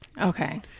Okay